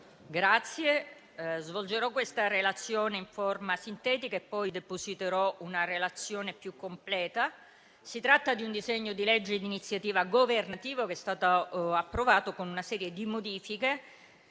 Presidente, svolgerò questa relazione in forma sintetica e poi depositerò agli atti una relazione più completa. Si tratta di un disegno di legge di iniziativa governativa, che è stato approvato con una serie di modifiche